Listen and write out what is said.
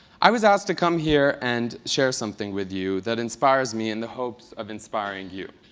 i was asked to come here and share something with you that inspires me in the hopes of inspiring you.